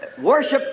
Worship